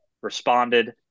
responded